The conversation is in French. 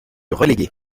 relégué